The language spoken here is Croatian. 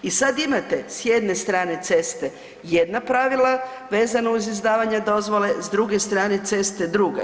I sad imate s jedne strane ceste jedna pravila, vezana uz izdavanje dozvole, s druge strane ceste druga.